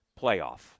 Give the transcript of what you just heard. playoff